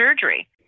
surgery